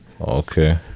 okay